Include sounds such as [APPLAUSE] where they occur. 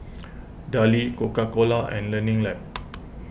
[NOISE] Darlie Coca Cola and Learning Lab